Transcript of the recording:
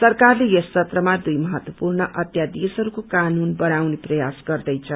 सरकारले यस सत्रमा दुई महत्वपूर्ण अध्यादेशहरूको कानून बनाउने प्रयास गरिन्दैछ